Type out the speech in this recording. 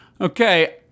okay